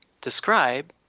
describe